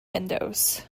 windows